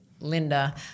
Linda